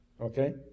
Okay